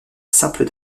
simple